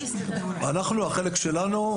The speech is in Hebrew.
החלק שלנו ,